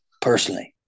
personally